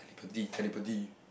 telepathy telepathy